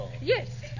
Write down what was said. Yes